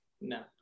No